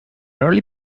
early